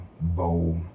bold